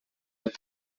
with